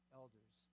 elders